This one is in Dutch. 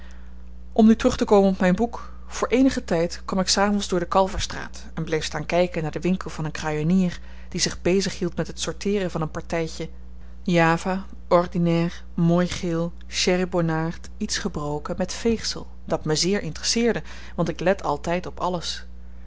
om nu terug te komen op myn boek voor eenigen tyd kom ik s avends door de kalverstraat en bleef staan kyken naar den winkel van een kruienier die zich bezighield met het sorteeren van een partytje java ordinair mooi geel cheribonaard iets gebroken met veegsel dat me zeer interesseerde want ik let altyd op alles